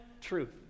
truth